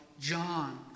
John